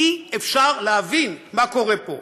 אי-אפשר להבין מה קורה פה.